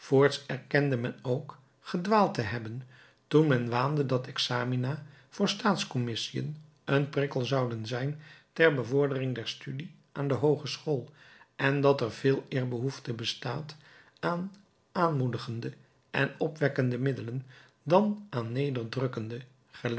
erkende men ook gedwaald te hebben toen men waande dat examina voor staatscommissien een prikkel zouden zijn ter bevordering der studie aan de hoogeschool en dat er veeleer behoefte bestaat aan aanmoedigende en opwekkende middelen dan aan